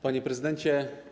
Panie Prezydencie!